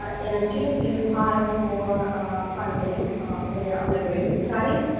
but and students can apply for funding for their undergraduate studies,